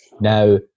now